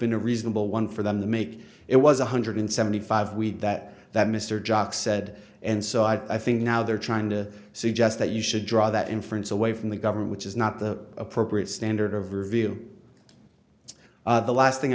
been a reasonable one for them to make it was one hundred seventy five we did that that mr jock said and so i think now they're trying to suggest that you should draw that inference away from the government which is not the appropriate standard of review the last thing